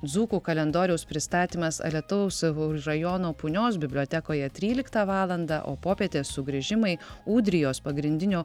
dzūkų kalendoriaus pristatymas alytaus rajono punios bibliotekoje tryliktą valandą o popietė sugrįžimai ūdrijos pagrindinio